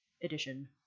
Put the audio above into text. edition